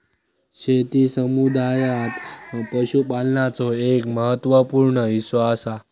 शेती समुदायात पशुपालनाचो एक महत्त्व पूर्ण हिस्सो असा